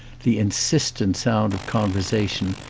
the insistent sound of conversation,